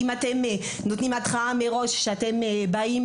אם אתם נותנים התראה מראש לפני שאתם מגיעים